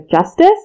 justice